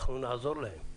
אנחנו נעזור להם.